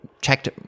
checked